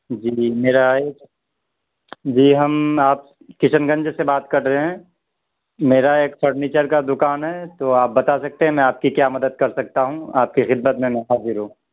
جی میرا ایک جی ہم آپ کشن گنج سے بات کر رہے ہیں میرا ایک فرنیچر کا دکان ہے تو آپ بتا سکتے ہیں میں آپ کی کیا مدد کر سکتا ہوں آپ کے خدمت میں میں حاضر ہوں